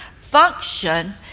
function